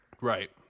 right